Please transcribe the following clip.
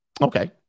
Okay